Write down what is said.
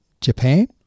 Japan